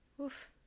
Oof